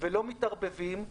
ולא מתערבבים.